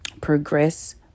progress